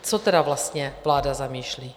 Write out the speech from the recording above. Co tedy vlastně vláda zamýšlí?